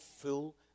full